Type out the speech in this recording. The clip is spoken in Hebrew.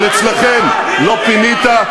אבל אצלכם: לא פינית,